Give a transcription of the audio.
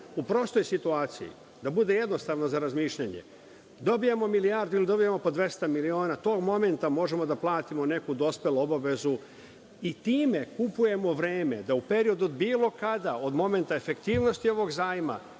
U prostoj situaciji, da bude jednostavno za razmišljanje, dobijemo milijardu ili dobijemo po 200 miliona, tog momenta možemo da platimo neku dospelu obavezu i time kupujemo vreme da u periodu bilo kada od momenta efektivnosti ovog zajma,